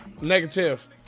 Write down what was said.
Negative